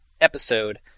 episode